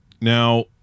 Now